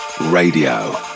Radio